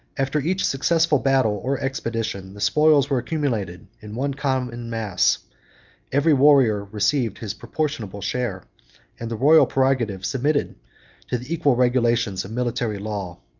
after each successful battle or expedition, the spoils were accumulated in one common mass every warrior received his proportionable share and the royal prerogative submitted to the equal regulations of military law.